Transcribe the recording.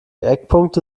eckpunkte